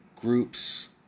groups